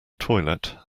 toilet